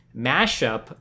mashup